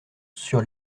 sur